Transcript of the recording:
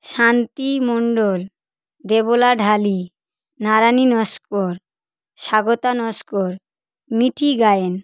শান্তি মন্ডল দেবলা ঢালি নারায়াণী নস্কর স্বাগতা নস্কর মিঠি গায়েন